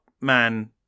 man